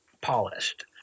polished